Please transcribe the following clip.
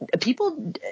people